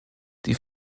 die